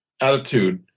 attitude